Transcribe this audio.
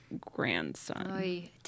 grandson